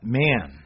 man